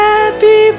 Happy